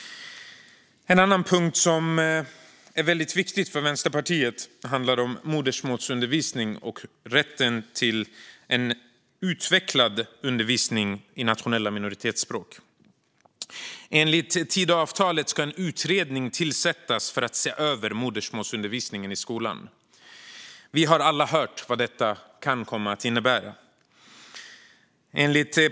En annan punkt som är väldigt viktig för Vänsterpartiet handlar om modersmålsundervisning och rätten till en utvecklad undervisning i nationella minoritetsspråk. Enligt Tidöavtalet ska en utredning tillsättas för att se över modersmålsundervisningen i skolan. Vi har alla hört vad detta kan komma att innebära.